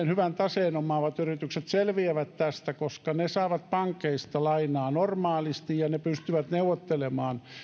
hyvän taseen omaavat yritykset selviävät tästä koska ne saavat pankeista lainaa normaalisti ja ne pystyvät neuvottelemaan